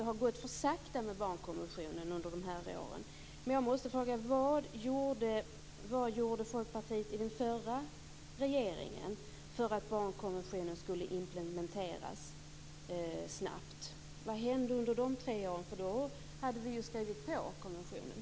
Hon sade att arbetet med barnkonventionen har gått för sakta under dessa år. Jag måste fråga vad Folkpartiet gjorde i den förra regeringen för att barnkonventionen snabbt skulle implementeras. Vad hände under de tre åren? Då hade vi ju skrivit på konventionen.